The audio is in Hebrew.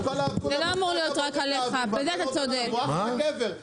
זה לא אמור להיות רק עליך, אתה יודע שאתה צודק.